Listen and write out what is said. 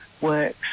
works